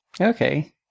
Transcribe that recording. Okay